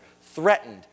threatened